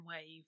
wave